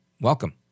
welcome